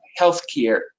healthcare